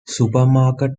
supermarket